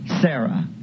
Sarah